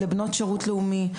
לבנות שירות לאומי,